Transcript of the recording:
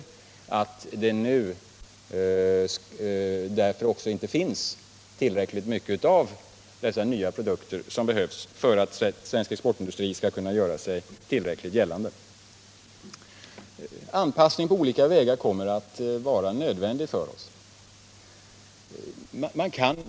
Som en följd därav finns det nu inte tillräckligt mycket av de nya produkter som behövs för att svensk exportindustri skall kunna göra sig tillräckligt starkt gällande. En anpassning på olika vägar kommer att vara nödvändig för oss.